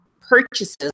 purchases